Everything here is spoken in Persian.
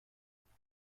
اینجا